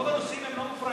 רוב הנוסעים הם לא מופרעים.